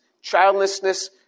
childlessness